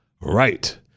Right